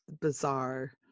bizarre